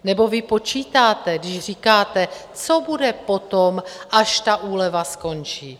Nebo vy počítáte, když říkáte, co bude potom, až ta úleva skončí?